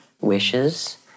wishes